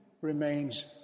remains